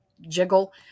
jiggle